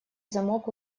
замок